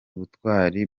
ubutwari